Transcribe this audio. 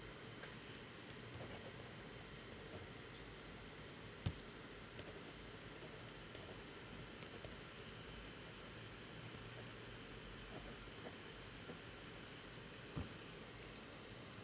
okay uh